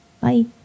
Bye